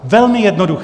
Velmi jednoduché.